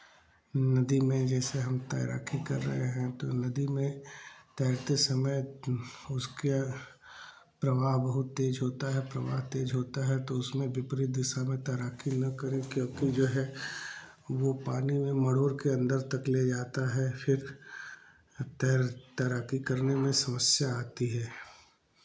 नदी में जैसे हम तैराकी कर रहे हैं तो नदी में तैरते समय उसके प्रवाह बहुत तेज होता है प्रवाह तेज होता है तो उसमें विपरित दिशा में तैराकी ना करें क्योंकि जो है वो पानी में मड़ोर के अंदर तक ले जाता है फिर तैर तैर तैराकी करने में समस्या आती है